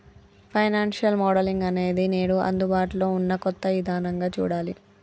financial modelling అనేది నేడు అందుబాటులో ఉన్న కొత్త ఇదానంగా చూడాలి